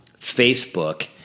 Facebook